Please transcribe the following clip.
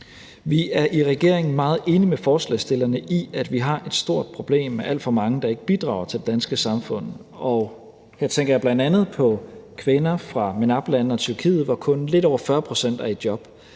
Vi er i regeringen meget enige med forslagsstillerne i, at vi har et stort problem med alt for mange, der ikke bidrager til det danske samfund. Her tænker jeg bl.a. på kvinder fra MENAP-lande og Tyrkiet, hvor kun lidt over 40 pct. er i job.